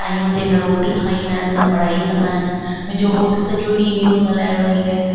time ते न रोटी खाईंदा आहिनि न पढ़ाई कंदा आहिनि मुंहिंजो घोटु सॼो ॾींहुं न्यूज़ हलाए वेई रहे